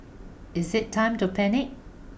is it time to panic